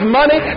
money